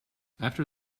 after